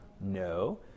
No